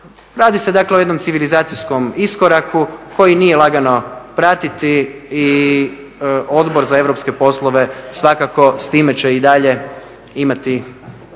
Radi se dakle o jednom civilizacijskom iskoraku koji nije lagano pratiti i Odbor za europske poslove svakako s time će i dalje imati